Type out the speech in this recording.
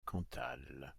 cantal